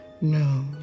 no